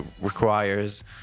requires